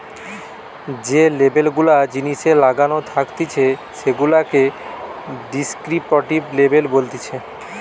যে লেবেল গুলা জিনিসে লাগানো থাকতিছে সেগুলাকে ডেস্ক্রিপটিভ লেবেল বলতিছে